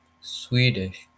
Swedish